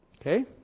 Okay